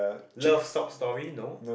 love sob story no